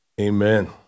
Amen